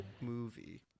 movie